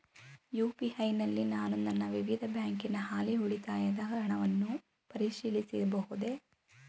UPI ನಲ್ಲಿ ನಾನು ನನ್ನ ವಿವಿಧ ಬ್ಯಾಂಕಿನ ಹಾಲಿ ಉಳಿತಾಯದ ಹಣವನ್ನು ಪರಿಶೀಲಿಸಬಹುದೇ?